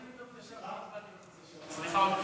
אדוני היושב-ראש, סליחה ומחילה.